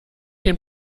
den